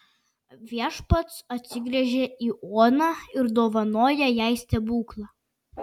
viešpats atsigręžia į oną ir dovanoja jai stebuklą